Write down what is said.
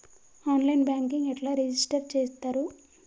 On line banking ఎట్లా register చేత్తరు?